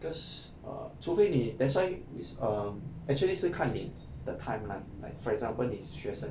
cause err 除非你 that's why it's um actually 是看你的 timeline like for example 你是学生